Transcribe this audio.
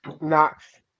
Knox